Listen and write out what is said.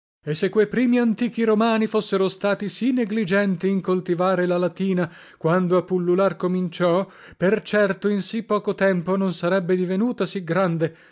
e se que primi antichi romani fossero stati sì negligenti in coltivare la latina quando a pullular cominciò per certo in sì poco tempo non sarebbe divenuta sì grande